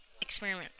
experiment